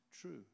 true